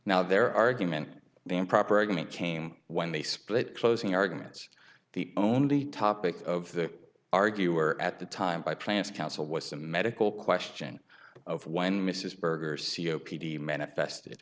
now their argument improper argument came when they split closing arguments the only topic of the argue or at the time by plants counsel was a medical question of when mrs berger c o p d manifested